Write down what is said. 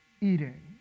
eating